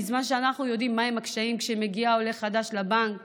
בזמן שאנחנו יודעים מהם הקשיים: כשמגיע עולה חדש לבנק